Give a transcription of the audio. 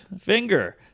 finger